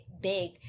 big